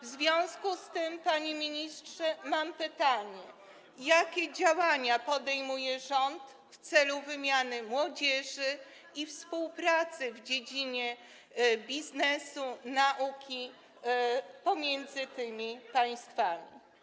W związku z tym, panie ministrze, mam pytanie: Jakie działania podejmuje rząd w celu wymiany młodzieży i współpracy w dziedzinie biznesu i nauki pomiędzy tymi państwami?